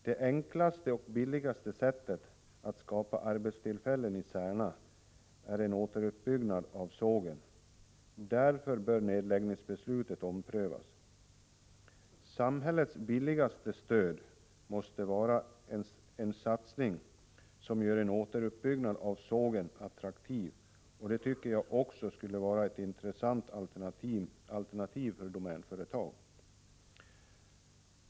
Det enklaste och billigaste sättet att skapa arbetstillfällen i Särna är en återuppbyggnad av sågen. Därför bör nedläggningsbeslutet omprövas. Samhällets billigaste stöd måste vara en satsning som gör en återuppbyggnad av sågen attraktiv, och det tycker jag också skulle vara ett intressant alternativ för Domänföretagen.